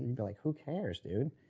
would go like, who cares dude?